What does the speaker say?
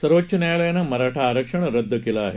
सर्वोच्च न्यायालयानं मराठा आरक्षण रद्द केलं आहे